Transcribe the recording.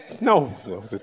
no